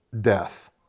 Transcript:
death